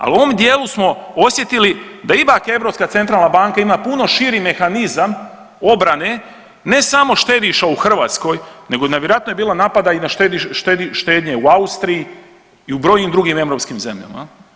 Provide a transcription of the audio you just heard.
A u ovom dijelu smo osjetili da ima Europska centralna banka ima puno širi mehanizam obrane ne samo štediša u Hrvatskoj, nego nevjerojatno je bilo napada na štednje u Austriji i u brojnim drugim europskim zemljama.